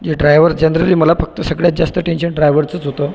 जे driver generally मला फक्त सगळ्यात जास्त टेंशन ड्रायवरचंच होतं